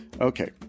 Okay